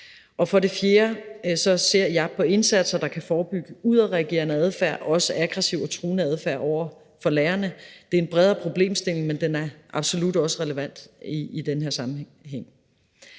ud. For det fjerde ser jeg på indsatser, der kan forebygge udadreagerende adfærd, også aggressiv og truende adfærd, over for lærerne. Det er en bredere problemstilling, men den er absolut også relevant i den her sammenhæng.